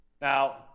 Now